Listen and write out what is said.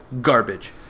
garbage